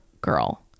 girl